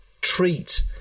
treat